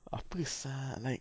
apasal like